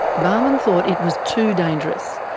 bahman thought it was too dangerous.